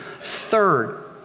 Third